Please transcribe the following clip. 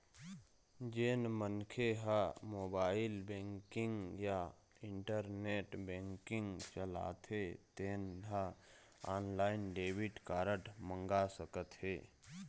जेन मनखे ह मोबाईल बेंकिंग या इंटरनेट बेंकिंग चलाथे तेन ह ऑनलाईन डेबिट कारड मंगा सकत हे